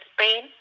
Spain